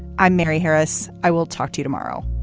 i'm mary harris. i will talk to you tomorrow